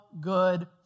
good